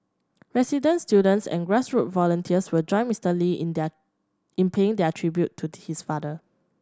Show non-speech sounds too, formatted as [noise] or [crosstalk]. residents students and [unintelligible] volunteers will join Mister Lee in their in paying their tribute to his father